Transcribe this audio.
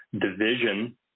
division